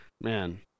Man